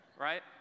right